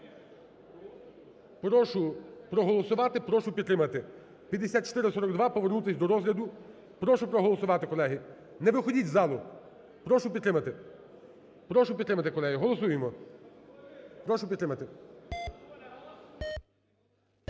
Прошу проголосувати, прошу підтримати. 5442 – повернутись до розгляду. Прошу проголосувати, колеги. Не виходіть з залу. Прошу підтримати. Прошу підтримати, колеги, голосуємо. Прошу підтримати.